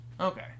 Okay